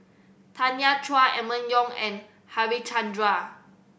Tanya Chua Emma Yong and Harichandra